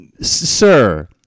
Sir